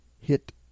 Hit